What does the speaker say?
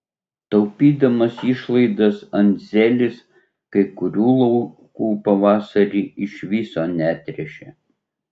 taupydamas išlaidas andzelis kai kurių laukų pavasarį iš viso netręšė